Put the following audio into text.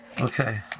okay